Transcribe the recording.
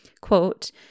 quote